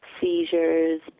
seizures